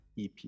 EP